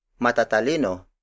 Matatalino